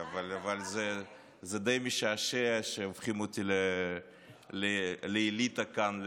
אבל זה די משעשע שהופכים אותי לאליטה כאן,